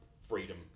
freedom